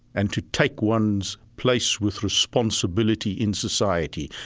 and to take one's place with responsibility in society.